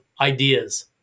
ideas